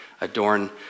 adorn